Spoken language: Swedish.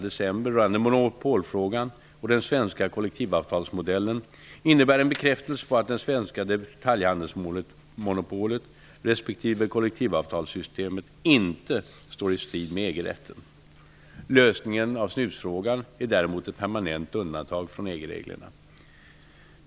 december rörande monopolfrågan och den svenska kollektivavtalsmodellen innebär en bekräftelse på att det svenska detaljhandelsmonopolet respektive kollektivavtalssystemet inte står i strid med EG Lösningen av snusfrågan är däremot ett permanent undantag från EG-reglerna.